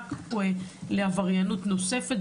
ממשק לעבריינות נוספת,